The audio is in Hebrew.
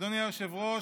אדוני היושב-ראש,